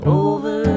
over